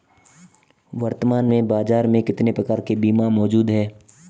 वर्तमान में बाज़ार में कितने प्रकार के बीमा मौजूद हैं?